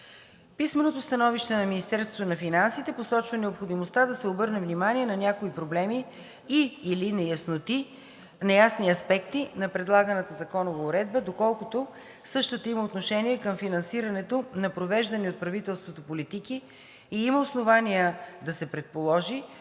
финансите посочва необходимостта да се обърне внимание на някои проблемни и/или неясни аспекти на предлаганата законова уредба, доколкото същата има отношение към финансирането на провеждани от правителството политики и има основания да се предположи,